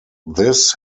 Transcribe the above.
this